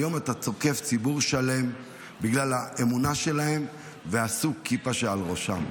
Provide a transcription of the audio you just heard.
היום אתה תוקף ציבור שלם בגלל האמונה שלו וסוג הכיפה שעל ראשו.